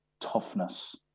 toughness